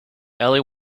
ellie